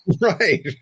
Right